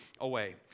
away